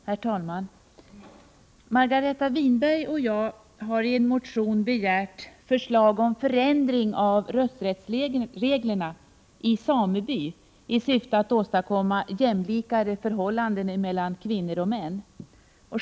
Herr talman! Margareta Winberg och jag har i en motion begärt förslag om förändring av rösträttsreglerna i sameby i syfte att åtstadkomma jämlikare förhållanden mellan kvinnor och män.